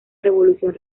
revolución